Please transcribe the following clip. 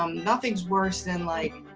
um nothing's worse than like